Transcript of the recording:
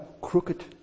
crooked